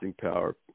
power